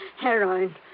heroin